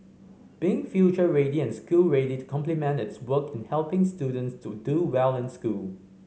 being future ready and school ready to complement its work in helping students to do well in school